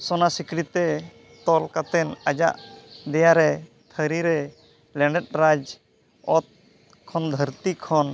ᱥᱚᱱᱟ ᱥᱤᱠᱲᱤᱛᱮ ᱛᱚᱞ ᱠᱟᱛᱮᱫ ᱟᱭᱟᱜ ᱫᱮᱭᱟᱨᱮ ᱛᱷᱟᱹᱨᱤᱨᱮ ᱞᱮᱸᱰᱮᱫᱨᱟᱡᱽ ᱚᱛ ᱠᱷᱚᱱ ᱫᱷᱟᱹᱨᱛᱤ ᱠᱷᱚᱱ